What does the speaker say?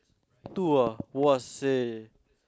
two ah !wahseh!